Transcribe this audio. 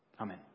Amen